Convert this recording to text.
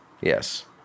Yes